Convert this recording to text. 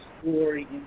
story